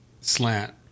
slant